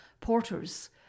porters